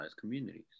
communities